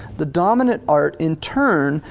the dominant art in turn,